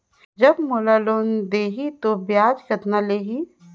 जब मोला लोन देही तो ब्याज कतना लेही?